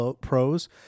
pros